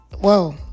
Whoa